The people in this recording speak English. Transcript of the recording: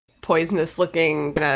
poisonous-looking